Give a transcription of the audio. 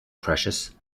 precious